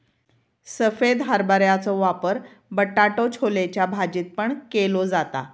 सफेद हरभऱ्याचो वापर बटाटो छोलेच्या भाजीत पण केलो जाता